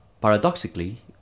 Paradoxically